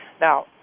Now